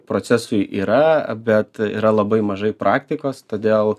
procesui yra bet yra labai mažai praktikos todėl